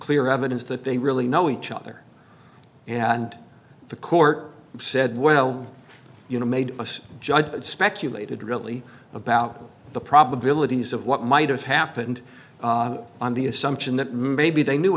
clear evidence that they really know each other and the court said well you know made a judge speculated really about the probabilities of what might have happened on the assumption that maybe they knew